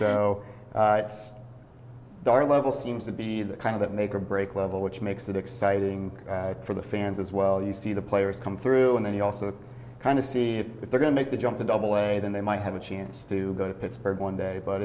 so darn level seems to be the kind of that make or break level which makes it exciting for the fans as well you see the players come through and then you also kind of see if they're going to make the jump to double a then they might have a chance to go to pittsburgh one day but